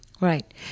right